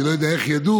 אני לא יודע איך ידעו,